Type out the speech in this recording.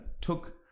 took